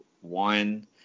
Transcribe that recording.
one